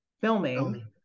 filming